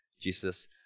Jesus